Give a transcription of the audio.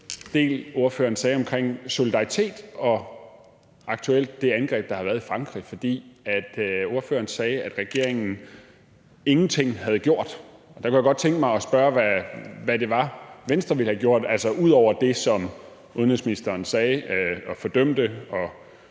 ordføreren sagde om solidaritet, og aktuelt det angreb, der har været i Frankrig. For ordføreren sagde, at regeringen ingenting havde gjort. Der kunne jeg godt tænke mig at spørge, hvad det var, Venstre ville have gjort, altså ud over det, som udenrigsministeren sagde – han fordømte